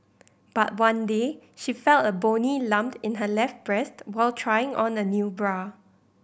but one day she felt a bony lump in her left breast while trying on a new bra